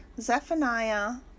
Zephaniah